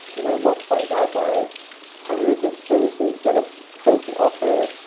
you know, multiply that by hundreds of services that a pro could offer.